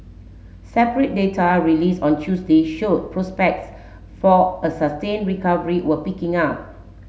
separate data released on Tuesday showed prospects for a sustained recovery were picking up